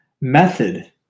method